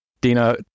Dina